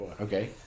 Okay